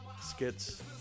skits